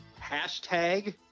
Hashtag